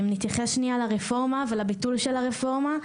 אם נתייחס לרפורמה ולביטול של הרפורמה,